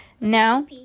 Now